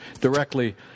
directly